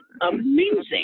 amazing